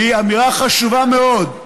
היא אמירה חשובה מאוד.